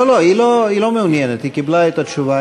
לא, היא לא מעוניינת, היא קיבלה את התשובה.